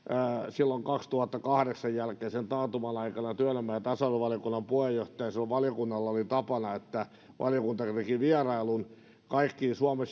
vuoden kaksituhattakahdeksan jälkeisen taantuman aikana työelämä ja tasa arvovaliokunnan puheenjohtajana silloin valiokunnalla oli tapana että valiokunta teki vierailun kaikkiin suomen